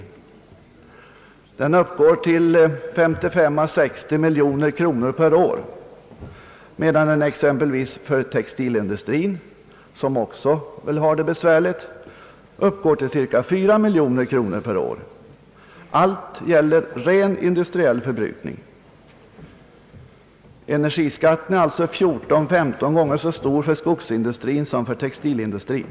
Energiskatten för denna industri uppgår till 55 å 60 miljoner kronor per år, medan den exempelvis för textilindustrin, som väl också har det besvärligt, uppgår till cirka 4 miljoner kronor per år. Allt gäller rent industriell förbrukning. Energiskatten är alltså 14—15 gånger så stor för skogsindustrin som för textilindustrin.